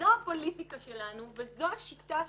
זו הפוליטיקה שלנו וזו השיטה שלנו,